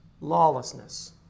lawlessness